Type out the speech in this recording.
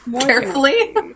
carefully